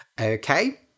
Okay